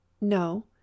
no